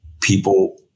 people